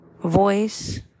voice